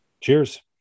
Cheers